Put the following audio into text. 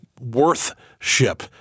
worth-ship